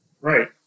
Right